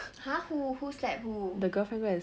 !huh! who who slap who